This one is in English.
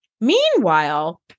Meanwhile